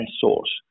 source